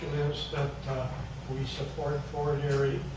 that we support fort and erie,